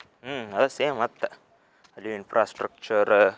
ಹ್ಞೂ ಅದೇ ಸೇಮ್ ಮತ್ತು ಅಲ್ಲಿ ಇನ್ಫ್ರಾಸ್ಟ್ರಕ್ಚರ